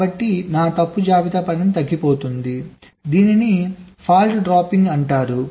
కాబట్టి నా తప్పు జాబితా పరిమాణం తగ్గుతుంది దీనిని ఫాల్ట్ డ్రాపింగ్ అంటారు